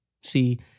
See